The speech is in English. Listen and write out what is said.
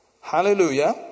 hallelujah